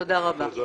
תודה רבה.